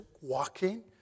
walking